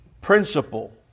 principle